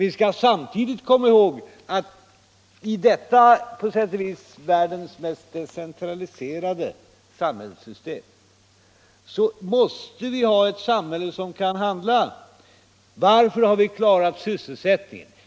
Vi skall samtidigt komma ihåg att i vårt samhällsystem, på sätt och vis världens mest decentraliserade, måste vi ha ett samhälle som kan handla. Varför har vi klarat sysselsättningen?